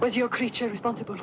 was your creature responsible